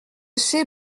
ses